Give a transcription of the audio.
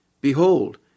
Behold